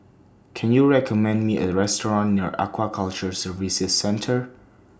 Can YOU recommend Me A Restaurant near Aquaculture Services Centre